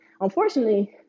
Unfortunately